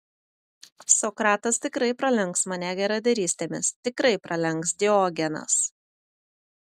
sokratas tikrai pralenks mane geradarystėmis tikrai pralenks diogenas